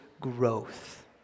growth